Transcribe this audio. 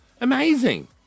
Amazing